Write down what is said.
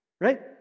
Right